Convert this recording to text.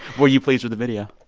were you pleased with the video?